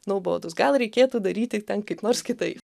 nuobodūs gal reikėtų daryti ten kaip nors kitaip